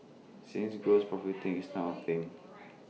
since gross profiteering is now A thing